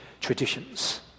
traditions